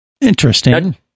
Interesting